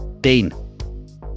Dean